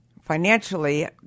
financially